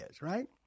Right